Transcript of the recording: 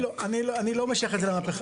לא, אני לא משייך את זה למהפכה.